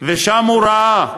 ושם הוא ראה,